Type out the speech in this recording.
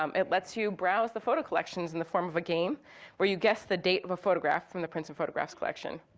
um it lets you browse the photo collections in the form of a game where you guess the date of a photograph from the prints and photographs collection.